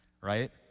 right